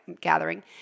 gathering